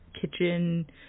kitchen